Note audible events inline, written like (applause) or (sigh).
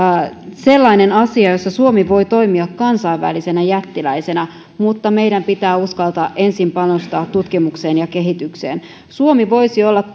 sellainen asia jossa suomi voi toimia kansainvälisenä jättiläisenä mutta meidän pitää uskaltaa ensin panostaa tutkimukseen ja kehitykseen suomi voisi olla (unintelligible)